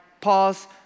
pause